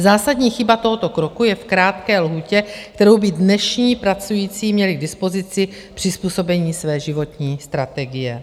Zásadní chyba tohoto kroku je v krátké lhůtě, kterou by dnešní pracující měli k dispozici k přizpůsobení své životní strategie.